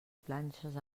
planxes